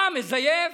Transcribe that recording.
אתה מזייף.